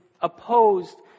opposed